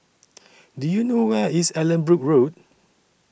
Do YOU know Where IS Allanbrooke Road